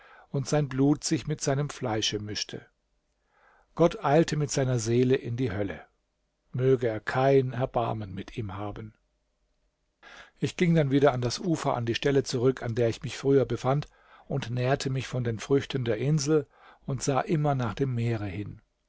und sein blut sich mit seinem fleische mischte gott eilte mit seiner seele in die hölle möge er kein erbarmen mit ihm haben ich ging dann wieder an das ufer an die stelle zurück an der ich mich früher befand und nährte mich von den früchten der insel und sah immer nach dem meere hin